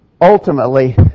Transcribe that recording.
Ultimately